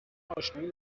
آشنایی